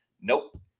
Nope